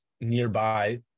nearby